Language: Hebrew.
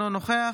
אינו נוכח